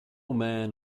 man